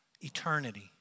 Eternity